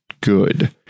good